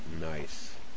Nice